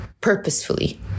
purposefully